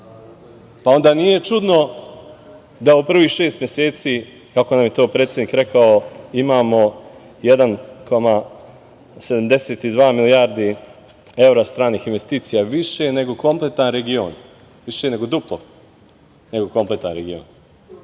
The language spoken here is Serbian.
hvalimo. Onda nije čudno da u prvih šest meseci, kako nam je to predsednik rekao, imamo 1,72 milijardi evra stranih investicija, više nego kompletan region, više nego duplo nego kompletan region.